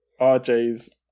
RJ's